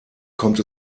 kommt